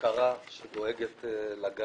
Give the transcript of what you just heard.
שלום לכולם,